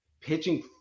pitching